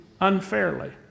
unfairly